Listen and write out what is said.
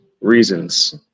reasons